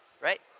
right